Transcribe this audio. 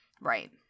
Right